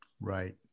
Right